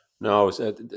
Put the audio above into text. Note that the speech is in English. No